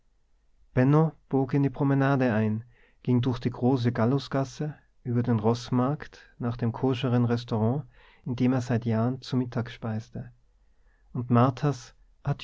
bog in die promenade ein ging durch die große gallusgasse über den roßmarkt nach dem koscheren restaurant in dem er seit jahren zu mittag speiste und marthas